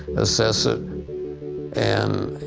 assess it and